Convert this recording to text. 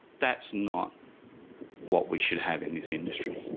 that's not what we should have in this industry,